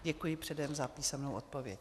Děkuji předem za písemnou odpověď.